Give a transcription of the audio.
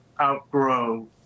outgrow